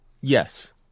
Yes